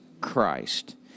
Christ